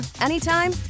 anytime